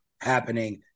happening